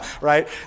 right